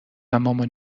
مامان